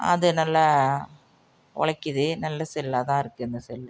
அது நல்லா உழைக்கிது நல்ல செல்லாக தான் இருக்குது இந்த செல்லு